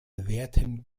werten